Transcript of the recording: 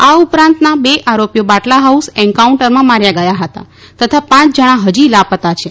આ ઉપરાંતના બે આરોપીઓ બાટલા હાઉસ એન્કાઉન્ટરમાં માર્યા ગયા હતા તથા પાંચ જણા હજી લાપતા છે